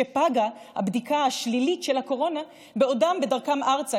פגה הבדיקה השלישית של הקורונה בעודם בדרכם ארצה,